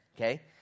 okay